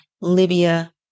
libya